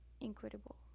incredible